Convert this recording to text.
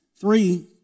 Three